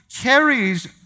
carries